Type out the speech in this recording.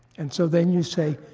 and so then you say,